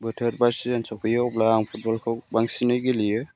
बोथोर बा सिजोन सफैयो अब्ला आं फुटबलखौ बांसिनै गेलेयो